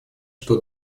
что